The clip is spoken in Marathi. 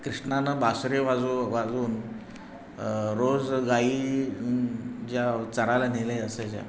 कृष्णानं बासरी वाजव वाजवून रोज गाई ज्या चरायला नेलेल्या असायच्या